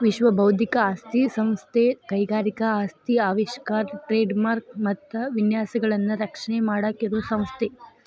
ವಿಶ್ವ ಬೌದ್ಧಿಕ ಆಸ್ತಿ ಸಂಸ್ಥೆ ಕೈಗಾರಿಕಾ ಆಸ್ತಿ ಆವಿಷ್ಕಾರ ಟ್ರೇಡ್ ಮಾರ್ಕ ಮತ್ತ ವಿನ್ಯಾಸಗಳನ್ನ ರಕ್ಷಣೆ ಮಾಡಾಕ ಇರೋ ಸಂಸ್ಥೆ